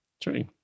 True